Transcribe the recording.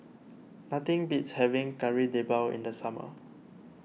nothing beats having Kari Debal in the summer